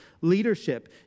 leadership